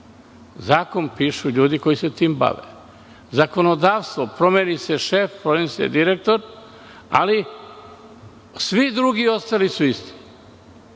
Zakon pišu ljudi koji se sa tim pive. Zakonodavstvo, promeni se šef, promeni se direktor, ali svi drugi ostali su